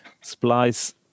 Splice